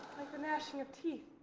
like the gnashing of teeth